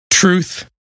Truth